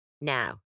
Now